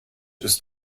ist